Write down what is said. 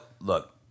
look